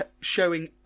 showing